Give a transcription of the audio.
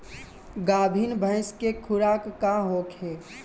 गाभिन भैंस के खुराक का होखे?